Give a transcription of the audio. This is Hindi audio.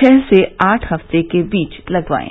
छ से आठ हफ्ते के बीच लगवायें